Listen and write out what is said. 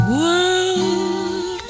world